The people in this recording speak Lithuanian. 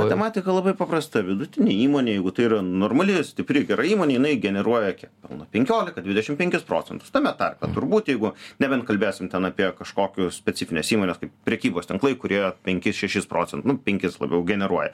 matematika labai paprasta vidutinė įmonė jeigu tai yra normali stipri gera įmonė jinai generuoja kiek pelno penkiolika dvidešimt penkis procentus tame tarpe turbūt jeigu nebent kalbėsim ten apie kažkokias specifinės įmonės kaip prekybos tinklai kurie penkis šešis procentus nu penkis labiau generuoja